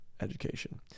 education